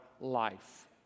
life